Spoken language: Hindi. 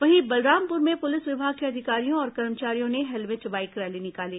वहीं बलरामपुर में पुलिस विभाग के अधिकारियों और कर्मचारियों ने हेलमेट बाईक रैली निकाली